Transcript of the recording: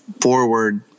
forward